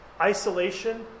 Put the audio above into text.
Isolation